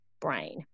brain